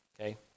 Okay